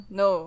no